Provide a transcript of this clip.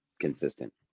consistent